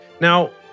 Now